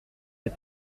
les